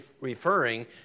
referring